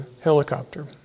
helicopter